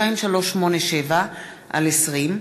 פ/2387/20,